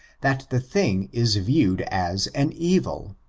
that the thing is viewed as an evil.